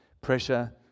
pressure